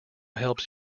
helps